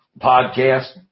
podcast